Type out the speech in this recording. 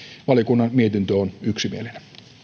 valiokunnan mietintö on yksimielinen